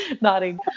nodding